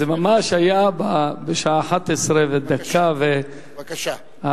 זה ממש היה בשעה 11:01. אני